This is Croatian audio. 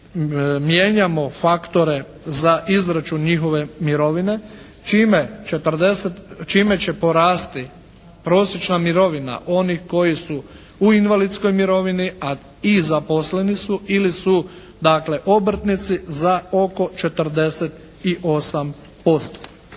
mijenjamo faktore za izračun njihove mirovine čime će porasti prosječna mirovina onih koji su u invalidskoj mirovini i zaposleni su ili su dakle obrtnici za oko 48%.